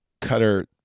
cutter